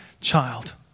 child